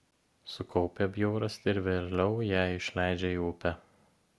sukaupia bjaurastį ir vėliau ją išleidžia į upę